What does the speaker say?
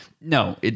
no